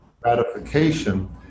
gratification